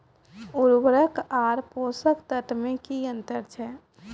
उर्वरक आर पोसक तत्व मे की अन्तर छै?